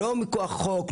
לא מכוח חוק,